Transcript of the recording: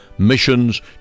missions